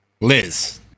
Liz